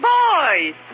boys